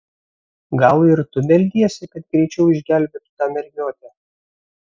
gal ir tu meldiesi kad greičiau išgelbėtų tą mergiotę